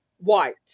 white